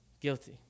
Guilty